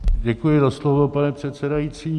Děkuji za slovo, pane předsedající.